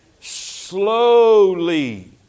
Slowly